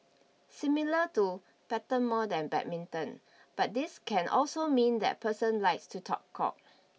similar to pattern more than badminton but this can also mean that person likes to talk cock